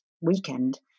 weekend